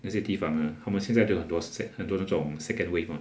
那些地方 ah 他们现在都有很多 s~ 很多那种 second wave mah